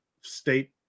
state